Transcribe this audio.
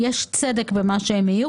יש לנו עכשיו מערכת בחירות, ואני פונה לכולם.